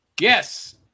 Yes